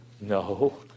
No